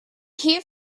here